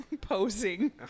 Posing